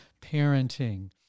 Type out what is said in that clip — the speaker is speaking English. parenting